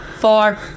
four